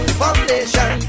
foundation